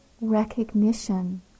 recognition